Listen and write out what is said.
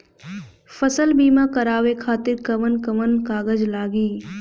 फसल बीमा करावे खातिर कवन कवन कागज लगी?